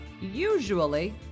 usually